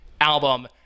album